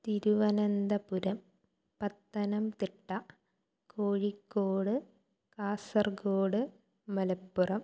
Thiruvananthapuram Pathanamthitta Kozhikode Kasaragod Malappuram